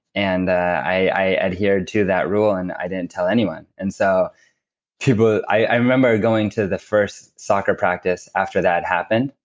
and i i adhered to that rule and i didn't tell anyone. and so but i remember going to the first soccer practice after that happened,